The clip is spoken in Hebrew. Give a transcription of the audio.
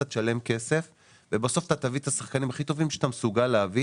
אתה תשלם כסף ובסוף אתה תביא את השחקנים הכי טובים שאתה מסוגל להביא.